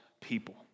people